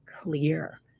clear